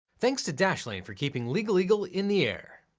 thanks to dashlane for keeping legal eagle in the air.